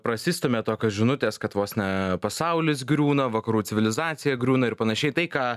prasistumia tokios žinutės kad vos na pasaulis griūna vakarų civilizacija griūna ir panašiai tai ką